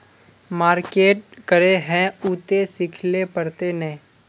Market करे है उ ते सिखले पड़ते नय?